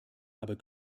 aber